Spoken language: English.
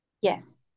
yes